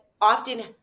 often